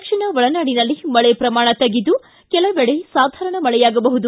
ದಕ್ಷಿಣ ಒಳನಾಡಿನಲ್ಲಿ ಮಳೆ ಪ್ರಮಾಣ ತಗ್ಗಿದ್ದು ಕೆಲವೆಡೆ ಸಾಧಾರಣ ಮಳೆಯಾಗಬಹುದು